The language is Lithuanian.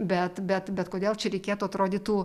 bet bet bet kodėl čia reikėtų atrodytų